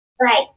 right